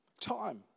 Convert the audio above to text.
Time